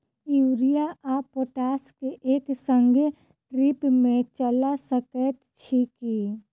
Urea आ potash केँ एक संगे ड्रिप मे चला सकैत छी की?